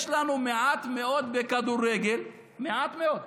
יש לנו מעט מאוד בכדורגל, מעט מאוד.